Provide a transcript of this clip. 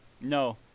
No